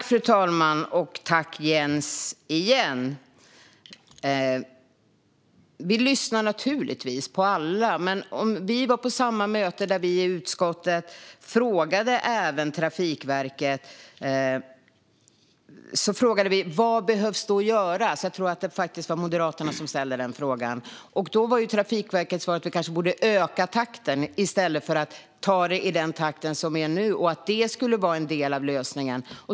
Fru talman! Tack igen, Jens! Vi lyssnar naturligtvis på alla. Men vi var ju på samma möte, och där frågade vi i utskottet vad som behöver göras. Jag tror faktiskt att det var Moderaterna som ställde den frågan. Trafikverkets svar var att vi kanske borde öka takten i stället för att ta det i den takt vi nu gör, och att det skulle vara en del av lösningen.